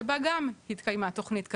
שבה גם התקיימה תוכנית כזאת,